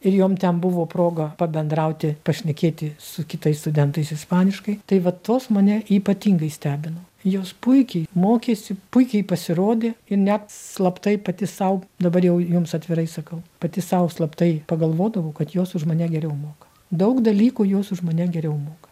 ir jom ten buvo proga pabendrauti pašnekėti su kitais studentais ispaniškai tai va tos mane ypatingai stebino jos puikiai mokėsi puikiai pasirodė ir net slaptai pati sau dabar jau jums atvirai sakau pati sau slaptai pagalvodavau kad jos už mane geriau moka daug dalykų jos už mane geriau moka